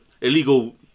illegal